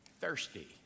thirsty